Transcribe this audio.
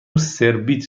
سربیت